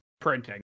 printing